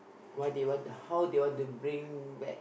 why they want to how they want to bring back